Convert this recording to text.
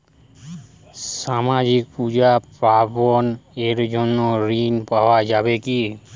সামাজিক পূজা পার্বণ এর জন্য ঋণ পাওয়া যাবে কি?